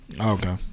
Okay